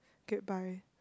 get by